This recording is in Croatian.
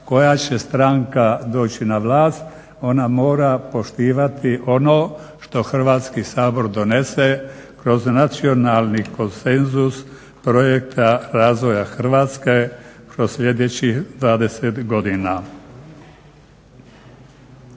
koja će stranka doći na vlasti, ona mora poštivati ono što Hrvatski sabor donese kroz nacionalni konsenzus projekta razvoja Hrvatske kroz sljedećih 20 godina.